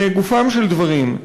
לגופם של דברים.